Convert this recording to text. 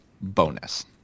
bonus